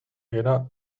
era